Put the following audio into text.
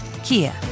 Kia